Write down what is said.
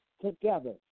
together